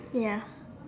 ya